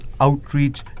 outreach